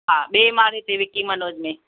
हा ॿिए माड़े ते विकी मनोज में